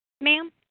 Ma'am